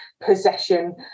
possession